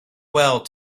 well